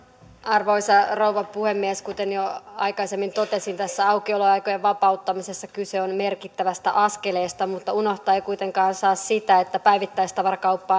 arvoisa rouva puhemies kuten jo aikaisemmin totesin tässä aukioloaikojen vapauttamisessa kyse on merkittävästä askeleesta mutta unohtaa ei kuitenkaan saa sitä että päivittäistavarakauppa